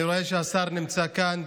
אני רואה שהשר נמצא כאן.